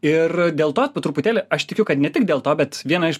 ir dėl to po truputėlį aš tikiu kad ne tik dėl to bet viena iš